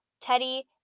Teddy